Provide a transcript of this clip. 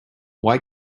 why